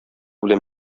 белән